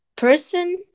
person